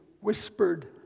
whispered